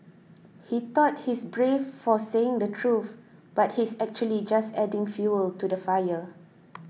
he thought he's brave for saying the truth but he's actually just adding fuel to the fire